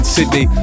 Sydney